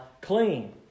clean